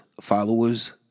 followers